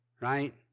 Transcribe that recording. right